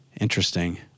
Interesting